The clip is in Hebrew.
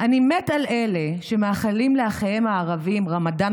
"אני מת על אלה / המאחלים לאחיהם הערבים / רמדאן